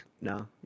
no